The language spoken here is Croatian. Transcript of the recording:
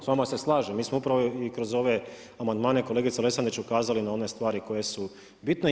S vama se slažem, mi smo upravo i kroz ove amandmane kolegica Lesandrić ukazali na one stvari koje su bitne.